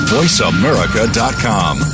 VoiceAmerica.com